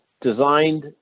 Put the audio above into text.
designed